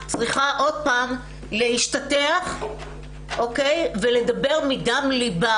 הילה צריכה עוד פעם להשתטח ולדבר מדם ליבה.